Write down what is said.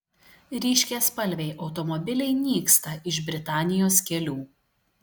ryškiaspalviai automobiliai nyksta iš britanijos kelių